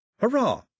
Hurrah